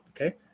Okay